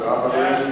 הצבעה.